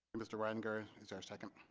mr. reitinger. is there a second?